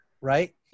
right